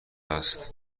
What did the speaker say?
است